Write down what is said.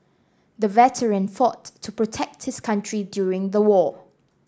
the veteran fought to protect his country during the war